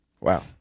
Wow